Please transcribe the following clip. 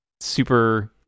super